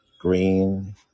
green